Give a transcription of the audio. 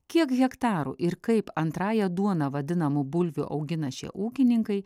kiek hektarų ir kaip antrąja duona vadinamų bulvių augina šie ūkininkai